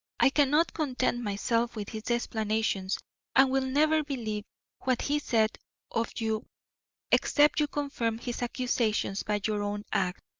i cannot content myself with his explanations and will never believe what he said of you except you confirm his accusations by your own act.